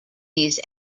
these